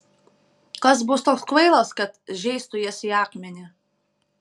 kas bus toks kvailas kad žeistų jas į akmenį